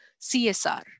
CSR